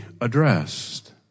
addressed